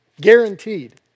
guaranteed